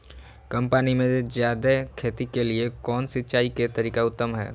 कम पानी में जयादे खेती के लिए कौन सिंचाई के तरीका उत्तम है?